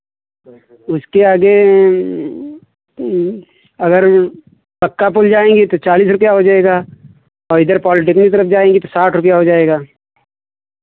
उसके आगे अगर पक्का पुल जाएंगी तो चालीस रुपैया हो जाएगा और इधर तरफ जाएंगे तो साठ रुपैया हो जाएगा